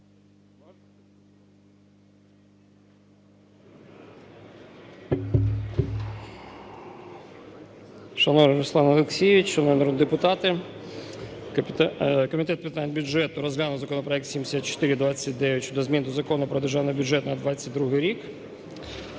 Шановний Руслане Олексійовичу, шановні народні депутати, Комітет з питань бюджету розглянув законопроект 7429 – щодо змін до Закону України про Державний бюджет на 2022 рік.